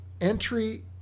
entry